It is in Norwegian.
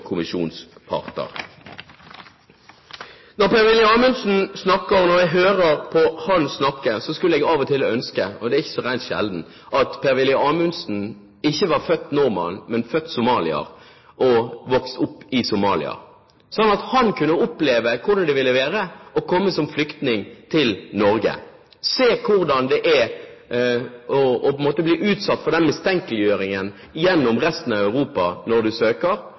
Når jeg hører Per-Willy Amundsen snakker, skulle jeg av og til ønske – og det er ikke så rent sjelden – at Per-Willy Amundsen ikke var født nordmann, men født somalier og vokst opp i Somalia. Da kunne han ha opplevd hvordan det ville være å komme som flyktning til Norge, og se hvordan det er å bli utsatt for den mistenkeliggjøringen i resten av Europa når man søker.